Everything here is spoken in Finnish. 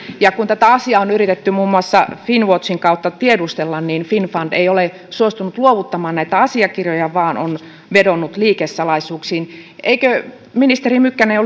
kun tätä asiaa on yritetty muun muassa finnwatchin kautta tiedustella niin finnfund ei ole suostunut luovuttamaan näitä asiakirjoja vaan on vedonnut liikesalaisuuksiin eikö olisi ministeri mykkänen